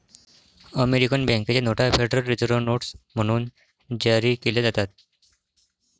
American बँकेच्या नोटा federal reserve notes म्हणून जारी केल्या जातात